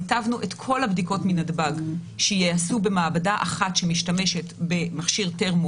ניתבנו את כל הבדיקות מנתב"ג שייעשו במעבדה אחת שמשתמשת במכשיר תרמו